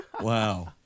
Wow